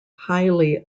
highly